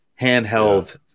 handheld